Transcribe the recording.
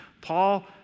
Paul